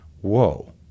whoa